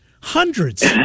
Hundreds